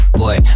boy